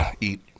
eat